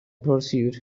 pursuit